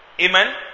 Amen